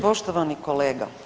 Poštovani kolega.